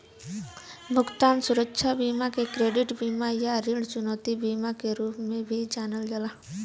भुगतान सुरक्षा बीमा के क्रेडिट बीमा या ऋण चुकौती बीमा के रूप में भी जानल जाला